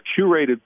curated